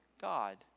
God